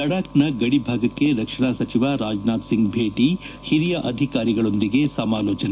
ಲಡಾಕ್ನ ಗಡಿ ಭಾಗಕ್ಕೆ ರಕ್ಷಣಾ ಸಚಿವ ರಾಜನಾಥ್ ಸಿಂಗ್ ಭೇಟ ಹಿರಿಯ ಅಧಿಕಾರಿಗಳೊಂದಿಗೆ ಸಮಾರೋಚನೆ